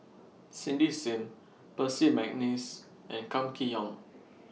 Cindy SIM Percy Mcneice and Kam Kee Yong